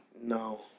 No